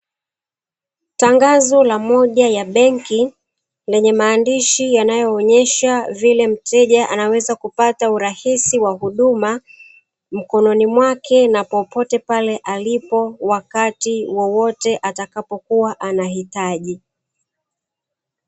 Tangazo la moja ya benki lenye maandishi yanoyoonyesha vile mteja anaweza kupata urahisi wa huduma mkononi mwake na popote pale alipo, wakati wowote atakapokuwa anahitaji.